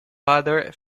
padre